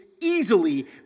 easily